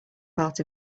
part